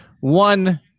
one